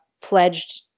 pledged